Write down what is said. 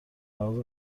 لحاظ